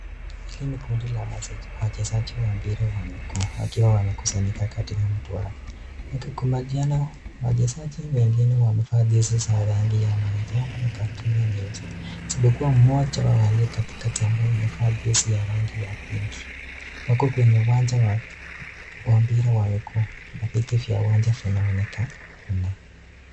Hili ni kundi la wachezaji wa mpira wa miguu wakiwa wamekusanyika kati na mtu wa kati kukumbatiana. Wachezaji wengine wamevaa jezi za rangi ya manjano, mikato nyeusi isipokuwa mmoja wa waliye katikati ambaye amevaa jezi ya rangi ya pink . Wako kwenye uwanja wa mpira wa miguu, viti ya uwanja vinaonekana.